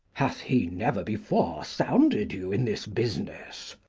hath he never before sounded you in this business?